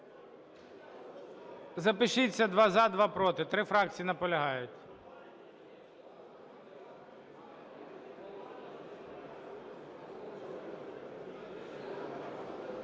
Запишіться: два – за, два – проти. Три фракції наполягають.